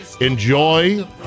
Enjoy